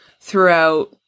throughout